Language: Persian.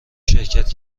شرکت